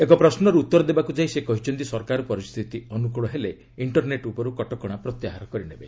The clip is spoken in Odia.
ଏକ ପ୍ରଶ୍ନର ଉତ୍ତର ଦେବାକୁ ଯାଇ ସେ କହିଛନ୍ତି ସରକାର ପରିସ୍ଥିତି ଅନୁକୂଳ ହେଲେ ଇଷ୍ଟରନେଟ୍ ଉପରୁ କଟକଣା ପ୍ରତ୍ୟାହାର କରିନେବେ